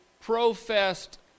professed